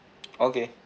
okay